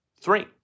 Three